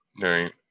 Right